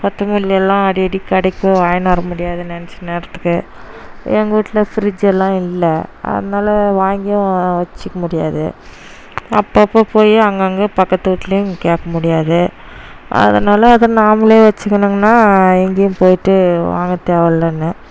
கொத்தமல்லி எல்லாம் அடிக்கடி கடைக்கும் வாங்கினு வர முடியாது நினைச்ச நேரத்துக்கு எங்கள் வீட்டில் ஃபிரிட்ஜு எல்லாம் இல்லை அதனாலே வாங்கியும் வச்சுக்க முடியாது அப்போப்போ போய் அங்கங்கே பக்கத்து வீட்லையும் கேட்கமுடியாது அதனாலே அதை நாம்மளே வச்சுக்கணுங்னா எங்கேயும் போயிட்டு வாங்க தேவையில்லைனு